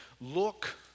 Look